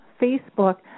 Facebook